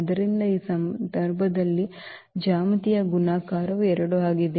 ಆದ್ದರಿಂದ ಈ ಸಂದರ್ಭದಲ್ಲಿ ಜ್ಯಾಮಿತೀಯ ಗುಣಾಕಾರವು 2 ಆಗಿದೆ